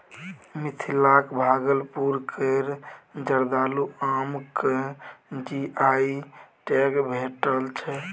मिथिलाक भागलपुर केर जर्दालु आम केँ जी.आई टैग भेटल छै